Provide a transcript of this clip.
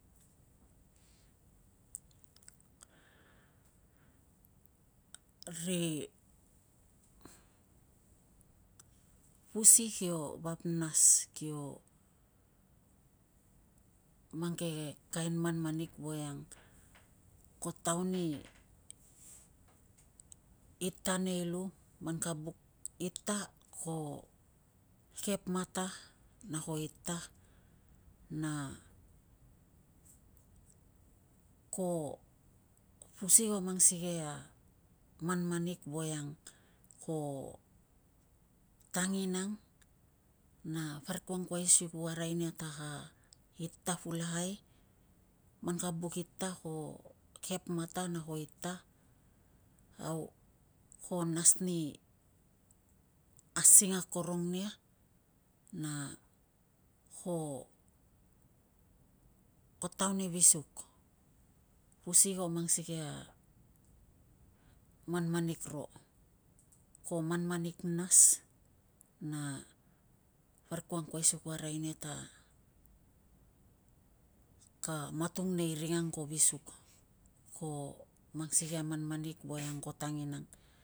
ri pusi kio vap nas kio mang keve kain manmanik voiang ko taua ni ita nei lu. Man ka buk ita ko kep mata na ko ita, na ko- pusi ko mang sikei a manmanik voiang ko tanginang, na parik ka angkuai si ku arai nia ta ka ita pulakai. Man ka buk ita ko kep mata na ko ita. Au ko nas ni asing akorong nia na ko taua ni visuk. Pusi ko mang sikei a manmanik ro, ko manmanik nas na parik ku angkuai si ku arai nia ta ka matung nei ring ang ko visuk. Ko mang sikei a manmanik voiang ko tanginang.